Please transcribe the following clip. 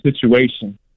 situation